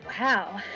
wow